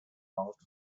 announced